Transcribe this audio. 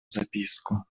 записку